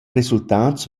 resultats